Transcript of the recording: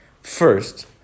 First